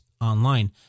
online